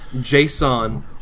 Jason